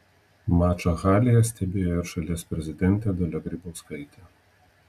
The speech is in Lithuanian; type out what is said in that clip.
mačą halėje stebėjo ir šalies prezidentė dalia grybauskaitė